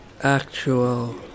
actual